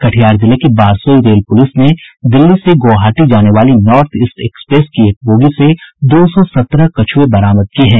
कटिहार जिले के Barsoi rail police ने दिल्ली से गुवाहाटी जाने वाली नार्थ ईस्ट एक्सप्रेस की एक बोगी से दो सौ सत्रह कछुए बरामद किये हैं